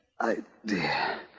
idea